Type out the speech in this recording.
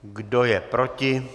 Kdo je proti?